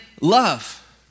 love